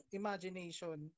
imagination